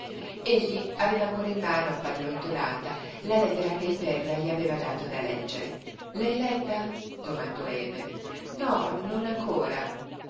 egli aveva ancora in mano appallottolata la lettera che il perla gli aveva dato da leggere l'hai letta gli domandò ebe no non ancora